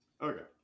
Okay